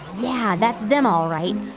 yeah. that's them all right.